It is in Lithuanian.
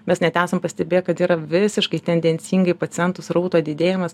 mes net esam pastebėję kad yra visiškai tendencingai pacientų srauto didėjimas